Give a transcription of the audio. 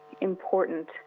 important